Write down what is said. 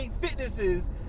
Fitnesses